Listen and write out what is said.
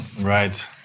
Right